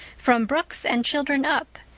from brooks and children up,